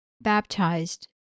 baptized